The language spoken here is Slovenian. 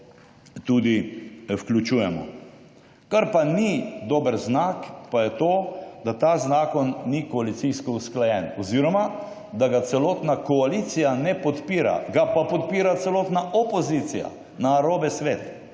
tudi vključujemo. Kar pa ni dober znak pa jeto, da ta zakon ni koalicijsko usklajen oziroma, da ga celotna koalicija ne podpira, ga pa podpira celotna opozicija. Narobe svet.